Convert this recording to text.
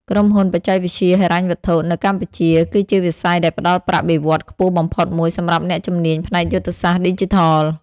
ក្រុមហ៊ុនបច្ចេកវិទ្យាហិរញ្ញវត្ថុ នៅកម្ពុជា គឺជាវិស័យដែលផ្តល់ប្រាក់បៀវត្សរ៍ខ្ពស់បំផុតមួយសម្រាប់អ្នកជំនាញផ្នែកយុទ្ធសាស្ត្រឌីជីថល។